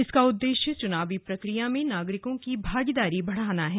इसका उद्देश्य चुनावी प्रक्रिया में नागरिकों की भागीदारी बढ़ाना है